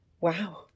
Wow